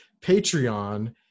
patreon